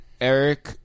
Eric